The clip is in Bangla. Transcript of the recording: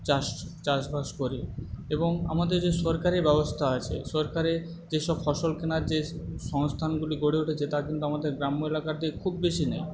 চাষ চাষবাস করি এবং আমাদের যে সরকারি ব্যবস্থা আছে সরকারের যেসব ফসল কেনার যে সংস্থানগুলি গড়ে উঠেছে তা কিন্তু আমাদের গ্রাম্য এলাকাতে খুব বেশি নেই